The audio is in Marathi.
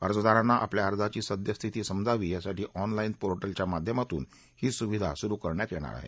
अर्जदारांना आपल्या अर्जांची सद्यस्थिती समजावी यासाठी ऑनलाईन पोर्टलच्या माध्यमातून ही सुविधा सुरू करण्यात येणार आहे